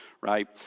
right